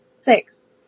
Six